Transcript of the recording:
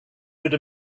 could